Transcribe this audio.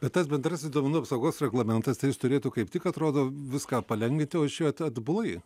bet tas bendrasis duomenų apsaugos reglamentas turėtų kaip tik atrodo viską palengvinti važiuoti atbulai